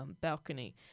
balcony